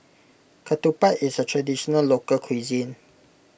Ketupat is a Traditional Local Cuisine